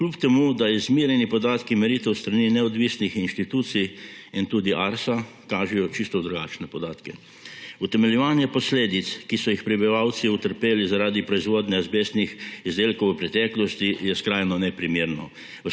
kljub temu da izmerjeni podatki meritev s strani neodvisnih institucij in tudi Arsa kažejo čisto drugačne podatke. Utemeljevanje posledic, ki so jih prebivalci utrpeli zaradi proizvodnje azbestnih izdelkov v preteklosti, je skrajno neprimerno.